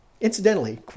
Incidentally